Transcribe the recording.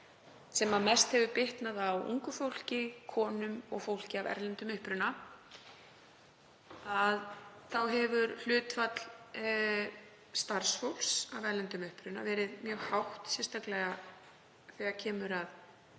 sem mest hefur bitnað á ungu fólki, konum og fólki af erlendum uppruna. Þar hefur hlutfall starfsfólks af erlendum uppruna verið mjög hátt í hópi atvinnulausra